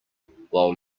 while